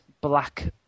black